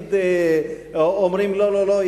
תמיד אומרים: לא, לא, לא.